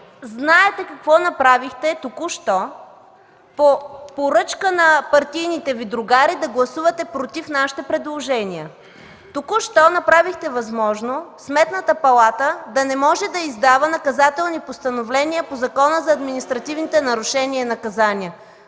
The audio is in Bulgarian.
знаете какво направихте току-що – по поръчка на партийните Ви другари, да гласувате против нашето предложение. (Реплики от КБ.) Току-що направихте възможно Сметната палата да не може да издава наказателни постановления по Закона за административните нарушения и наказания